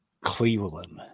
Cleveland